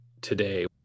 today